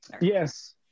Yes